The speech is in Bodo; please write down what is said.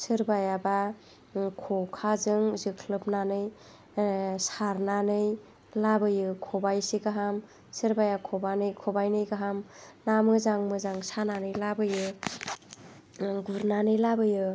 सोरबायाबा खखाजों जोख्लोबनानै सारनानै लाबोयो खबाइसे गाहाम सोरबाया खबाइनै गाहाम ना मोजां मोजां सानानै लाबोयो गुरनानै लाबोयो